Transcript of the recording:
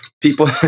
people